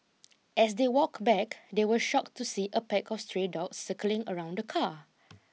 as they walked back they were shock to see a pack of stray dogs circling around the car